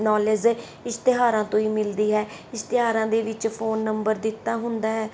knowledge ਇਸ਼ਤਿਹਾਰਾਂ ਤੋਂ ਹੀ ਮਿਲਦੀ ਹੈ ਇਸ਼ਤਿਹਾਰਾਂ ਦੇ ਵਿੱਚ ਫੋਨ ਨੰਬਰ ਦਿੱਤਾ ਹੁੰਦਾ ਹੈ